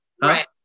Right